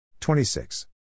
26